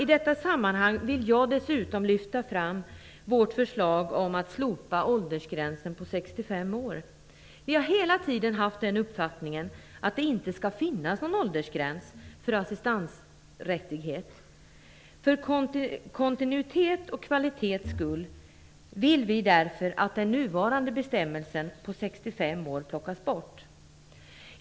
I detta sammanhang vill jag dessutom lyfta fram vårt förslag att slopa åldersgränsen på 65 år. Vi har hela tiden haft den uppfattningen att det inte skall finnas någon åldersgräns för assistansrättighet. För kontinuitetens och kvalitetens skull vill vi därför att den nuvarande bestämmelsen om 65 år plockas bort.